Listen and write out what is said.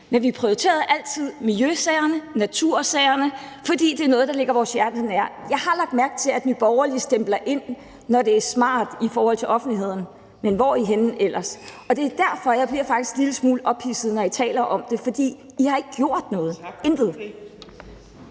men vi prioriterede altid miljøsagerne og natursagerne, fordi det er noget, der ligger vores hjerte nær. Jeg har lagt mærke til, at Nye Borgerlige stempler ind, når det er smart i forhold til offentligheden – men hvor er I henne ellers? Det er derfor, jeg faktisk bliver en lille smule ophidset, når Nye Borgerlige taler om det, for I har ikke gjort noget – intet!